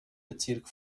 bezirk